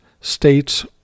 states